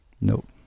Nope